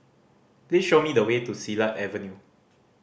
please show me the way to Silat Avenue